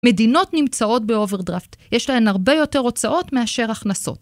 מדינות נמצאות באוברדרפט, יש להן הרבה יותר הוצאות מאשר הכנסות.